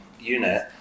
unit